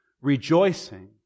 Rejoicing